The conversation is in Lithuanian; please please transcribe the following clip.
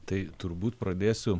tai turbūt pradėsiu